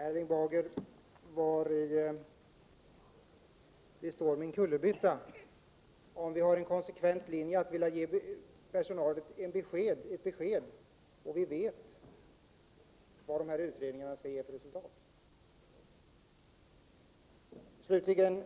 Herr talman! Vari består min kullerbytta, Erling Bager? Vi har en konsekvent linje, att vi vill ge personalen besked, och vi vet vilket resultat utredningarna ger. Jag vill säga till